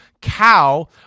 cow